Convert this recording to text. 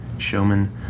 showman